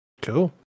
Cool